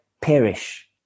perish